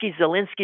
Zelensky